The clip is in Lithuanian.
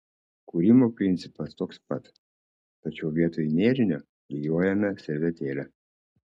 kūrimo principas toks pat tačiau vietoj nėrinio klijuojame servetėlę